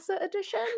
edition